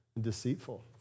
deceitful